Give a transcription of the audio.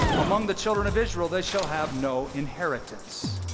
among the children of israel they shall have no inheritance.